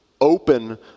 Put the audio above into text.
Open